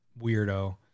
weirdo